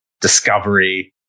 discovery